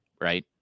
right